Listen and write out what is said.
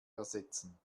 ersetzen